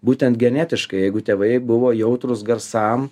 būtent genetiškai jeigu tėvai buvo jautrūs garsam